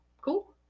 Cool